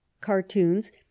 cartoons